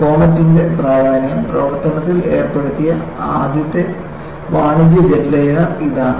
കോമറ്റ്ന്റെ പ്രാധാന്യം പ്രവർത്തനത്തിൽ ഏർപ്പെടുത്തിയ ആദ്യത്തെ വാണിജ്യ ജെറ്റ് ലൈനർ ഇതാണ്